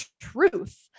truth